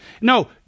No